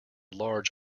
large